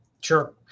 Sure